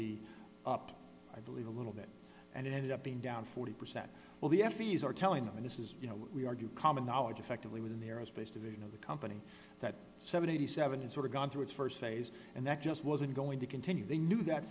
be up i believe a little bit and it ended up being down forty percent well the f e d s are telling them this is you know we argue common knowledge effectively within the aerospace division of the company that seventy seven is sort of gone through its st phase and that just wasn't going to continue they knew that